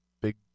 big